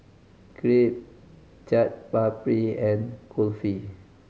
Crepe Chaat Papri and Kulfi